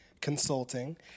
consulting